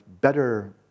better